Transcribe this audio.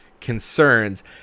concerns